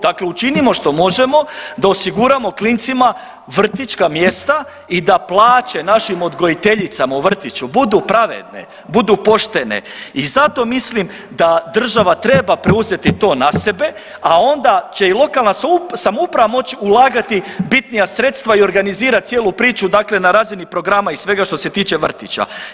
Dakle učinimo što možemo da osiguramo klincima vrtićka mjesta i da plaće našim odgojiteljicama u vrtiću budu pravedne, budu poštene i zato mislim da država treba preuzeti to na sebe, a onda će i lokalna samouprava moć ulagati bitnija sredstva i organizirati cijelu priču dakle na razini programa i svega što se tiče vrtića.